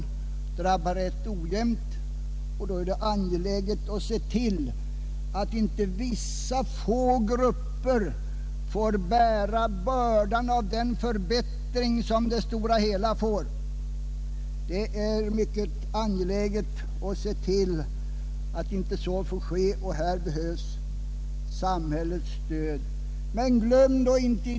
Den kan drabba rätt ojämnt, och då är det angeläget att se till att inte några få grupper får bära bördan för den förbättring som det hela får. Det är mycket angeläget att se till att så inte sker. Här behövs samhällets stöd.